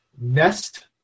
Nest